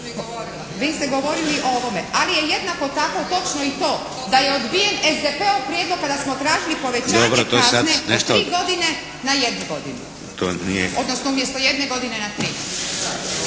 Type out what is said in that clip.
Vi ste govorili o ovome. Ali je jednako tako točno i to, da je odbijen SDP-ov prijedlog kada smo tražili povećanje kazne od tri godine na jednu godinu, odnosno umjesto jedne godine na tri.